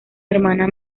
hermana